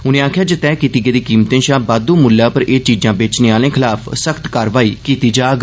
उनें आखेआ जे तैह् कीती गेदी कीमतें षा बाद्दू मुल्लै उप्पर एह् चीजां बेचने आह्लें खलाफ सख्त कार्रवाई कीती जाग